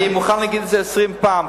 אני מוכן להגיד את זה 20 פעם,